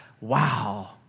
wow